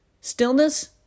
Stillness